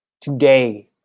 Today